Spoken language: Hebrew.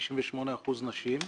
58 אחוזים נשים.